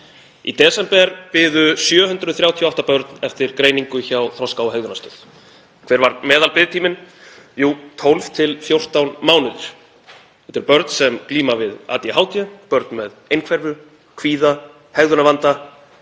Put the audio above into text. Í desember biðu 738 börn eftir greiningu hjá Þroska- og hegðunarstöð. Hver var meðalbiðtími? Jú, 12–14 mánuðir. Þetta eru börn sem glíma við ADHD, börn með einhverfu, kvíða, hegðunarvanda